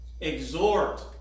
Exhort